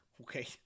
Okay